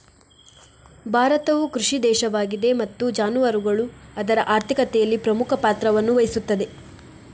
ಭಾರತವು ಕೃಷಿ ದೇಶವಾಗಿದೆ ಮತ್ತು ಜಾನುವಾರುಗಳು ಅದರ ಆರ್ಥಿಕತೆಯಲ್ಲಿ ಪ್ರಮುಖ ಪಾತ್ರವನ್ನು ವಹಿಸುತ್ತವೆ